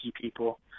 people